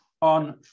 on